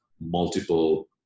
multiple